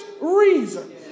reasons